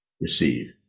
receive